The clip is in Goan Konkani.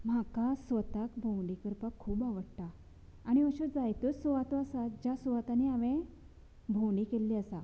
म्हाका स्वताक भोंवडी करपाक खूब आवडटा आनी अश्यो जायत्यो सुवातो आसात ज्या सुवातांनी हांवे भोंवडी केल्ली आसा